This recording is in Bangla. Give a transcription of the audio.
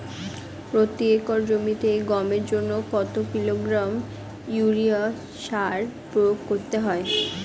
প্রতি একর জমিতে গমের জন্য কত কিলোগ্রাম ইউরিয়া সার প্রয়োগ করতে হয়?